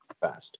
fast